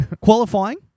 Qualifying